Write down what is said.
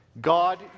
God